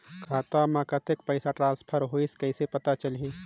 खाता म कतेक पइसा ट्रांसफर होईस कइसे पता चलही?